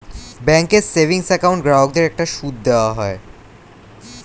ব্যাঙ্কের savings account গ্রাহকদের একটা সুদ দেওয়া হয়